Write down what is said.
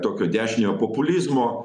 tokio dešinio populizmo